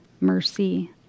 mercy